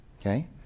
Okay